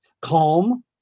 calm